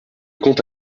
comte